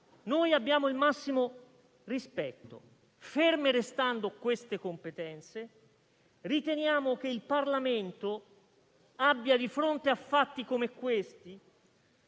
noi abbiamo il massimo rispetto. Ferme restando queste competenze, riteniamo che il Parlamento abbia, di fronte a fatti come questi